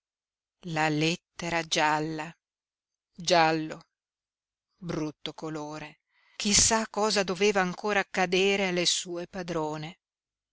la lettera gialla giallo brutto colore chissà cosa doveva ancora accadere alle sue padrone